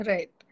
Right